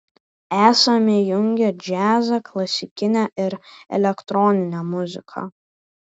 esame jungę džiazą klasikinę ir elektroninę muziką